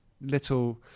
little